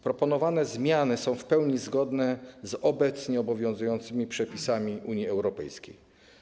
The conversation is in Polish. Proponowane zmiany są w pełni zgodne z obecnie obowiązującymi przepisami Unii Europejskiej.